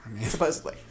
supposedly